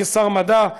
כשר המדע,